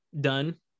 done